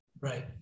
Right